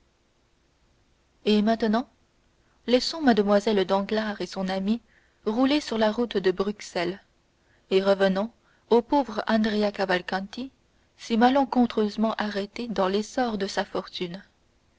et maintenant laissons mlle danglars et son amie rouler sur la route de bruxelles et revenons au pauvre andrea cavalcanti si malencontreusement arrêté dans l'essor de sa fortune